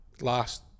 last